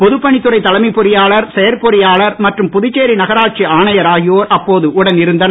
பொதுப்பணித் துறை தலைமைப் பொறியாளர் செயற்பொறியாளர் மற்றும் புதுச்சேரி நகராட்சி ஆணையர்ஆகியோர் அப்போது உடன் இருந்தனர்